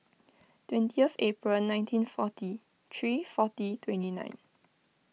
twentieth April nineteen forty three forty twenty nine